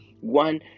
one